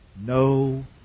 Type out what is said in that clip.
no